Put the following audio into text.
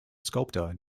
sculptor